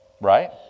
Right